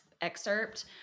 excerpt